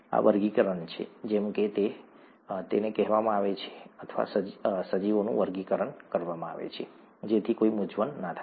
આ વર્ગીકરણ છે જેમ કે તેને કહેવામાં આવે છે અથવા સજીવોનું વર્ગીકરણ કરવામાં આવે છે જેથી કોઈ મૂંઝવણ ન થાય